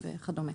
וכדומה.